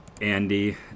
Andy